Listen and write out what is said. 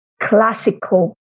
classical